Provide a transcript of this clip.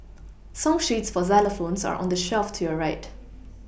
song sheets for xylophones are on the shelf to your right